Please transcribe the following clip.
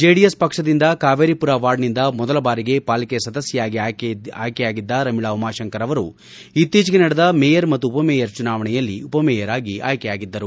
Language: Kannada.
ಜೆಡಿಎಸ್ ಪಕ್ಷದಿಂದ ಕಾವೇರಿಮರ ವಾರ್ಡ್ನಿಂದ ಮೊದಲ ಬಾರಿಗೆ ಪಾಲಿಕೆ ಸದಸ್ನೆಯಾಗಿ ಆಯ್ಕೆಯಾಗಿದ್ದ ರಮೀಳಾ ಉಮಾಶಂಕರ್ ಅವರು ಇತ್ತೀಚೆಗೆ ನಡೆದ ಮೇಯರ್ ಮತ್ತು ಉಪಮೇಯರ್ ಚುನಾವಣೆಯಲ್ಲಿ ಉಪಮೇಯರ್ ಆಗಿ ಆಯ್ಲೆಯಾಗಿದ್ದರು